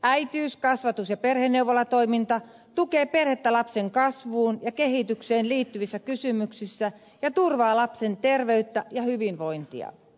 äitiys kasvatus ja perheneuvolatoiminta tukee perhettä lapsen kasvuun ja kehitykseen liittyvissä kysymyksissä ja turvaa lapsen terveyttä ja hyvinvointia